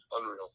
Unreal